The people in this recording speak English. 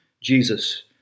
Jesus